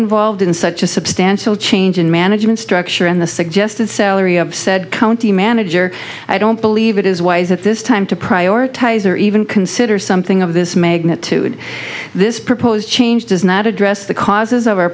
involved in such a substantial change in management structure and the suggested salary of said county manager i don't believe it is wise at this time to prioritise or even consider something of this magnitude this proposed change does not address the causes of our